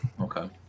okay